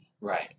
Right